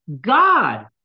God